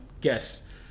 Guess